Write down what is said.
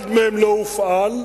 אחד מהם לא הופעל,